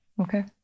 Okay